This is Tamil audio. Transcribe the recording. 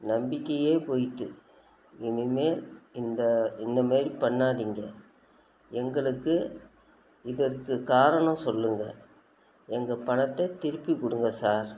நம்பிக்கையே போயிட்டுது இனிமேல் இந்த இந்த மாதிரி பண்ணாதிங்க எங்களுக்கு இதற்கு காரணம் சொல்லுங்க எங்கள் பணத்தை திருப்பி கொடுங்க சார்